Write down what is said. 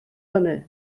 hynny